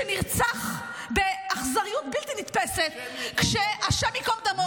שנרצח באכזריות בלתי נתפסת -- השם ייקום דמו.